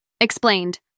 Explained